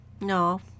No